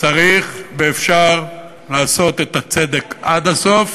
צריך ואפשר לעשות את הצדק עד הסוף,